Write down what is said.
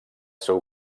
seu